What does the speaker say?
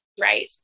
right